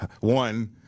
One